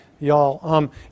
y'all